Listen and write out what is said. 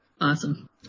Awesome